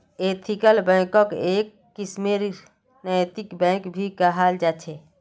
ethical बैंकक् एक किस्मेर नैतिक बैंक भी कहाल जा छे